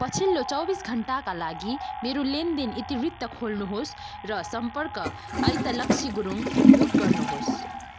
पछिल्लो चौबिस घन्टाका लागि मेरो लेनदेन इतिवृत्त खोल्नुहोस् र सम्पर्क ऐतलक्षी गुरुङ म्युट गर्नुहोस्